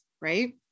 right